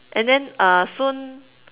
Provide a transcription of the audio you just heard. and then uh soon